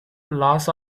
laws